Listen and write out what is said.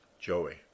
Joey